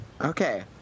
Okay